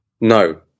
no